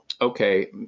okay